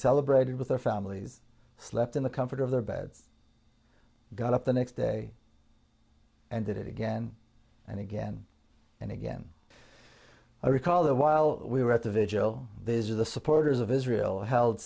celebrated with their families slept in the comfort of their beds got up the next day and did it again and again and again i recall there while we were at the vigil these are the supporters of israel held